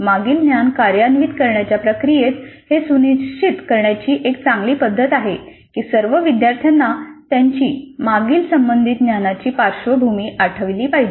मागील ज्ञान कार्यान्वित करण्याच्या प्रक्रियेत हे सुनिश्चित करण्याची एक चांगली पद्धत आहे की सर्व विद्यार्थ्यांना त्यांची मागील संबंधित ज्ञानाची पार्श्वभूमी आठवली पाहिजे